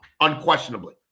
Unquestionably